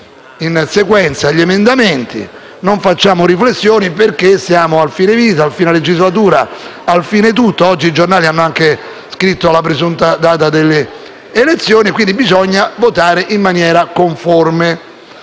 in sequenza gli emendamenti; non facciamo riflessioni perché stiamo al fine vita, al fine legislatura, al fine tutto. Oggi i giornali hanno anche scritto la presunta data delle elezioni, quindi bisogna votare in maniera conforme